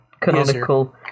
Canonical